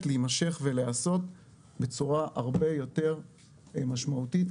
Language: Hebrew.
להימשך ולהיעשות בצורה הרבה יותר משמעותית,